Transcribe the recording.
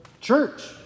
church